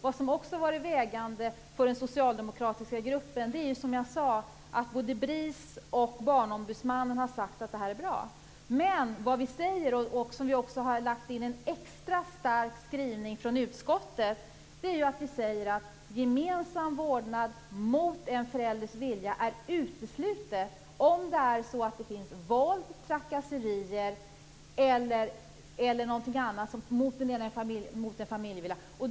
Det som också har varit vägledande för den socialdemokratiska gruppen är att både BRIS och Barnombudsmannen, som jag sade, har sagt att detta är bra. Vi säger dock, och här har vi gjort en extra stark skrivning i utskottet, att gemensam vårdnad mot en förälders vilja är uteslutet om det förekommer våld, trakasserier eller något sådant mot en familjemedlem.